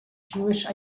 jewish